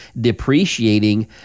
depreciating